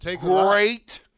great